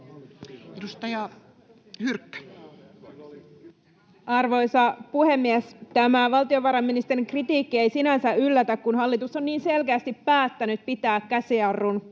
Content: Arvoisa puhemies! Tämä valtiovarainministerin kritiikki ei sinänsä yllätä, kun hallitus on niin selkeästi päättänyt pitää käsijarrun